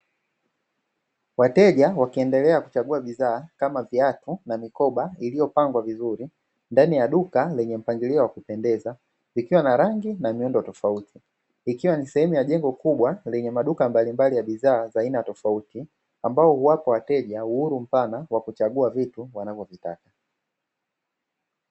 Wateja wakiendelea kuchagua bidhaa kama viatu na mikoba iliyopangwa vizuri ndani ya duka lenye mpangilio wa kupendeza, likiwa na rangi na miundo tofauti. Ikiwa ni sehemu ya jengo kubwa lenye maduka mbalimbali ya bidhaa za aina tofauti ambayo huwapa wateja uhuru mpana wa kuchagua vitu wanavyovitaka.